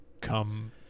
Come